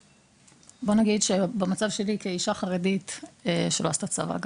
במצב שלי כאישה חרדית שלא עשתה צבא,